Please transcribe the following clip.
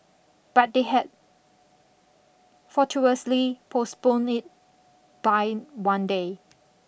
but they had fortuitously postponed it by one day